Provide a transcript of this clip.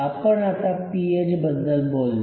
आपण आता पीएच बद्दल बोललो